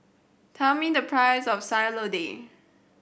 tell me the price of Sayur Lodeh